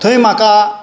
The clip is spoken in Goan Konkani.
थंय म्हाका